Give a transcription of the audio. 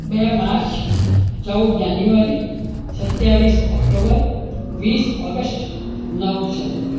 બે માર્ચ ચૌદ જાન્યુઆરી સત્યાવીસ ઓક્ટોબર વીસ ઓગસ્ટ નવ ડિસેમ્બર